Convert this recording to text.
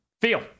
Feel